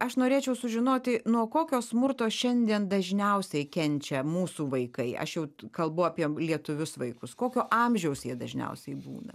aš norėčiau sužinoti nuo kokio smurto šiandien dažniausiai kenčia mūsų vaikai aš jau kalbu apie lietuvius vaikus kokio amžiaus jie dažniausiai būna